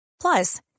Plus